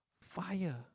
fire